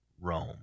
Rome